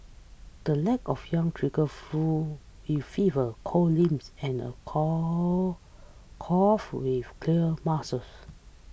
the lack of yang triggers flu with fever cold limbs and a call cough with clear mucus